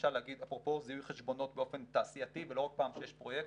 למשל להגיד אפרופו זיהוי חשבונות באופן תעשייתי ולא רק פעם כשיש פרויקט,